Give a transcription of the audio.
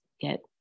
get